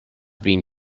been